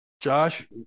Josh